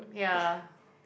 ya